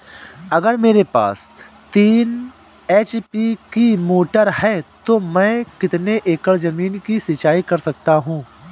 अगर मेरे पास तीन एच.पी की मोटर है तो मैं कितने एकड़ ज़मीन की सिंचाई कर सकता हूँ?